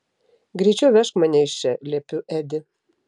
greičiau vežk mane iš čia liepiu edi